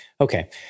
Okay